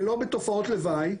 ולא בתופעות לוואי.